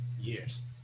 years